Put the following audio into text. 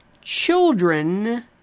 children